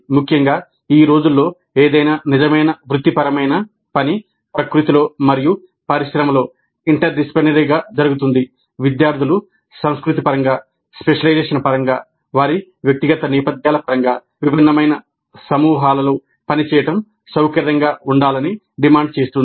ముఖ్యంగా ఈ రోజుల్లో ఏదైనా నిజమైన వృత్తిపరమైన పని ప్రకృతిలో మరియు పరిశ్రమలో ఇంటర్ డిసిప్లినరీగా జరుగుతుంది విద్యార్థులు సంస్కృతి పరంగా స్పెషలైజేషన్ పరంగా వారి వ్యక్తిగత నేపథ్యాల పరంగా విభిన్నమైన సమూహాలలో పనిచేయడం సౌకర్యంగా ఉండాలని డిమాండ్ చేస్తుంది